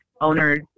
owners